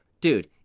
dude